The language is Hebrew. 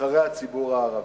נבחרי הציבור הערבים: